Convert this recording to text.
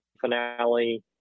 finale